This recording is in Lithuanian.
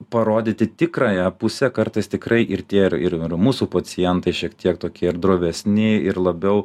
parodyti tikrąją pusę kartais tikrai ir tie ir ir ir mūsų pacientai šiek tiek tokie ir drovesni ir labiau